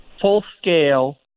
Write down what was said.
full-scale